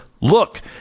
look